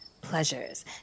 pleasures